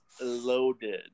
loaded